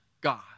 God